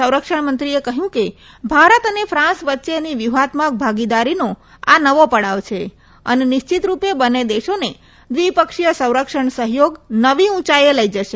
સંરક્ષણમંત્રીએ કહ્યું કે આ ભારત અને ફાન્સ વચ્ચેની વ્યૂહાત્મક ભાગીદારીનો નવો પડાવ છે અને નિશ્ચિતરૂપે બંને દેશોને દ્વિપક્ષીય સંરક્ષણ સહયોગ નવી ઉંયાઈએ લઈજશે